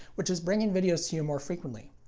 which is bringing videos to you more frequently.